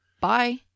bye